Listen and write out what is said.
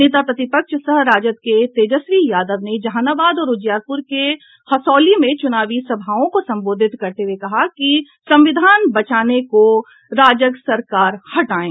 नेता प्रतिपक्ष सह राजद के तेजस्वी यादव ने जहानाबाद और उजियारपुर के हसौली में चुनावी सभाओं को संबोधित करते हुये कहा कि संविधान बचाने को राजग सरकार हटायें